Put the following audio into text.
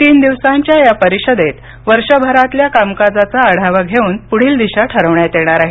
तीन दिवसांच्या या परिषदेत वर्षभरातल्या कामकाजाचा आढावा घेऊन पुढील दिशा ठरवण्यात येणार आहे